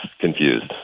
confused